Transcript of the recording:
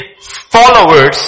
followers